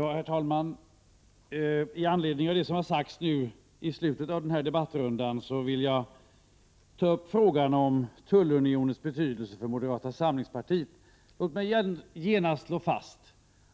Herr talman! I anledning av det som sagts nu i slutet av debatten vill jag ta upp frågan om tullunionens betydelse för moderata samlingspartiet. Låt mig genast slå fast